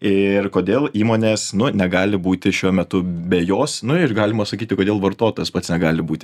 ir kodėl įmonės nu negali būti šiuo metu be jos nu ir galima sakyti kodėl vartotojas pats negali būti